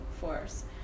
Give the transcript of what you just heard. force